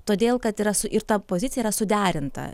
todėl kad yra su ir ta pozicija yra suderinta